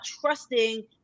trusting